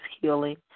healing